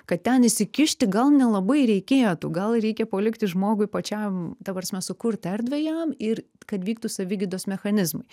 kad ten įsikišti gal nelabai reikėjo tu gal reikia palikti žmogui pačiam ta prasme sukurti erdvę jam ir kad vyktų savigydos mechanizmai